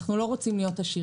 אנחנו לא רוצים להיות עשירים,